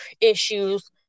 issues